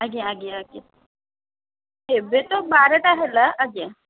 ଆଜ୍ଞା ଆଜ୍ଞା ଆଜ୍ଞା ଏବେ ତ ବାରଟା ହେଲା ଆଜ୍ଞା